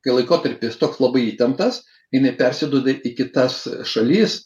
kai laikotarpis toks labai įtemptas jinai persiduoda į kitas šalis